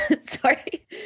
Sorry